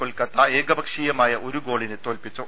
കൊൽക്കത്ത ഏകപക്ഷീയമായ ഒരു ഗോളിന് തോൽപ്പിച്ചു